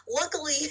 luckily